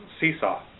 seesaw